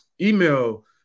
email